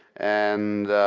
and